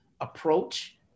approach